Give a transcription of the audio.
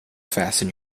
fasten